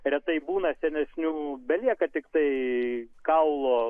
retai būna senesnių belieka tiktai kaulo